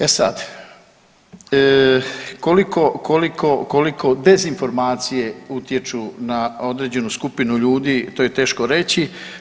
E sada, koliko dezinformacije utječu na određenu skupinu ljudi to je teško reći.